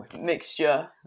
mixture